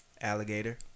Alligator